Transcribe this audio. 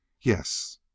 yes